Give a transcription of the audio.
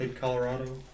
Colorado